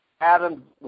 Adam